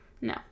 No